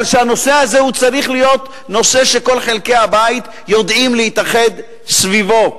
אבל הנושא הזה צריך להיות נושא שכל חלקי הבית יודעים להתאחד סביבו.